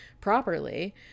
properly